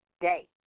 day